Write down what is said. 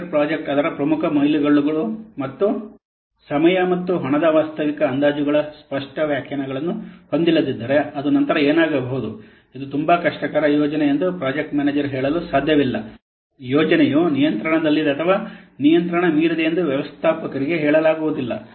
software project ಅದರ ಪ್ರಮುಖ ಮೈಲಿಗಲ್ಲುಗಳು ಮತ್ತು ಸಮಯ ಮತ್ತು ಹಣದ ವಾಸ್ತವಿಕ ಅಂದಾಜುಗಳ ಸ್ಪಷ್ಟ ವ್ಯಾಖ್ಯಾನಗಳನ್ನು ಹೊಂದಿಲ್ಲದಿದ್ದರೆ ಅದು ನಂತರ ಏನಾಗಬಹುದು ಇದು ತುಂಬಾ ಕಷ್ಟಕರವಾದ ಯೋಜನೆ ಎಂದು ಪ್ರಾಜೆಕ್ಟ್ ಮ್ಯಾನೇಜರ್ ಹೇಳಲು ಸಾಧ್ಯವಿಲ್ಲ ಮತ್ತು ಯೋಜನೆಯು ನಿಯಂತ್ರಣದಲ್ಲಿದೆ ಅಥವಾ ನಿಯಂತ್ರಣ ಮೀರಿದೆ ಎಂದು ವ್ಯವಸ್ಥಾಪಕರಿಗೆ ಹೇಳಲಾಗುವುದಿಲ್ಲ